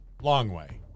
Longway